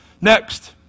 Next